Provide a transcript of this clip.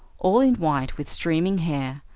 all in white, with streaming hair,